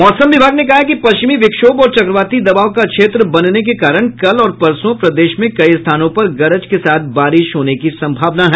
मौसम विभाग ने कहा है कि पश्चिमी विक्षोभ और चक्रवाती दबाव का क्षेत्र बनने के कारण कल और परसों प्रदेश में कई स्थानों पर गरज के साथ बारिश होने की संभावना है